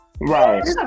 Right